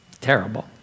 terrible